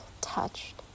touched